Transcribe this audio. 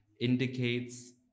indicates